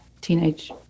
teenage